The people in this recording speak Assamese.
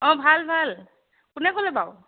অঁ ভাল ভাল কোনে ক'লে বাৰু